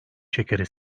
şekeri